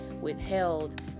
withheld